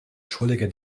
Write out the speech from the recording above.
schrullige